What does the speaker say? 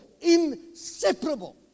inseparable